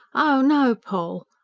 oh, no, poll.